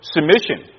Submission